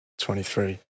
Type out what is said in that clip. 23